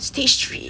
stage three